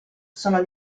sono